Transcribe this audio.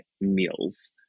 meals